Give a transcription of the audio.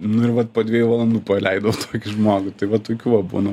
nu ir vat po dviejų valandų paleidau tokį žmogų tai va tokių va būna